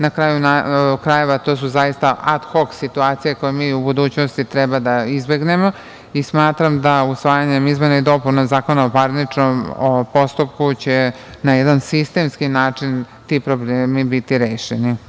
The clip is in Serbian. Na kraju krajeva, to su zaista ad hok situacije koje mi u budućnosti treba da izbegnemo i smatram da usvajanjem izmena i dopuna Zakona o parničnom postupku će na jedan sistemski način ti problemi biti rešeni.